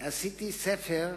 עשיתי ספר,